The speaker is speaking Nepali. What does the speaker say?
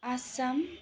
आसाम